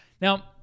Now